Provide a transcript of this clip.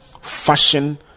fashion